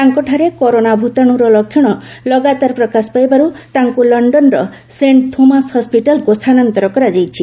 ତାଙ୍କଠାରେ କରୋନା ଭୂତାଣୁର ଲକ୍ଷଣ ଲଗାତାର ପ୍ରକାଶ ପାଇବାରୁ ତାଙ୍କୁ ଲଣ୍ଡନର ସେଣ୍ଟ ଥୋମାସ ହସ୍ୱିଟାଲକୁ ସ୍ଥାନାନ୍ତର କରାଯାଇଛି